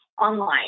online